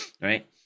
right